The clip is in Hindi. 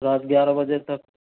रात ग्यारह बजे तक